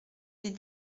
des